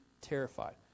terrified